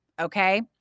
okay